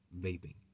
vaping